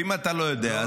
ואם אתה לא יודע,